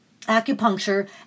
acupuncture